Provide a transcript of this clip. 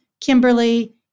Kimberly